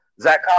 Zach